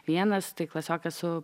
vienas tai klasiokas su